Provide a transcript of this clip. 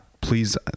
please